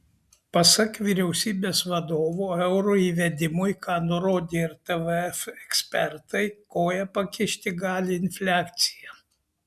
pasak vyriausybės vadovo euro įvedimui ką nurodė ir tvf ekspertai koją pakišti gali infliacija